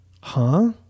Huh